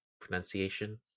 pronunciation